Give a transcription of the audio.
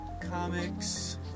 comics